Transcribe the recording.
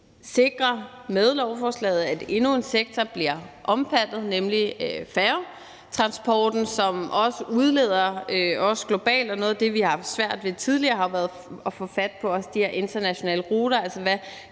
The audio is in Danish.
vi med lovforslaget sikrer, at endnu en sektor bliver omfattet, nemlig færgetransporten, som også udleder globalt. Noget af det, som vi har haft svært ved tidligere, har jo også været at få fat på de her internationale ruter,